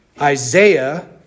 Isaiah